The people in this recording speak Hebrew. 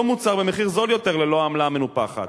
אותו מוצר במחיר זול יותר ללא העמלה המנופחת.